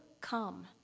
come